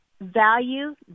Value